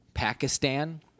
Pakistan